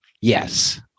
Yes